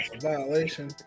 violation